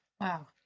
Wow